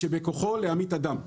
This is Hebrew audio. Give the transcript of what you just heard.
שבכוחו להמית אדם.